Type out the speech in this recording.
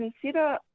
consider